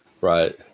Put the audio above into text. Right